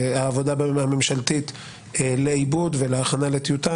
והעבודה ברמה הממשלתית לעיבוד ולהכנה לטיוטה,